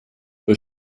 für